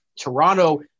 Toronto